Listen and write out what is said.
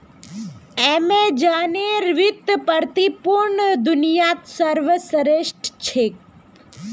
अमेज़नेर वित्तीय प्रतिरूपण दुनियात सर्वश्रेष्ठ छेक